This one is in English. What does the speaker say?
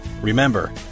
Remember